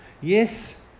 Yes